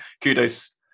kudos